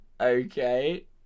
okay